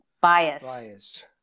Bias